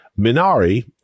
Minari